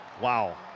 Wow